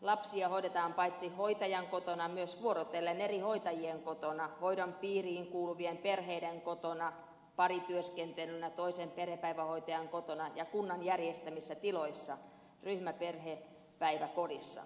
lapsia hoidetaan paitsi hoitajan kotona myös vuorotellen eri hoitajien kotona hoidon piiriin kuuluvien perheiden kotona parityöskentelynä toisen perhepäivähoitajan kotona ja kunnan järjestämissä tiloissa ryhmäperhepäiväkodissa